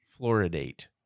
fluoridate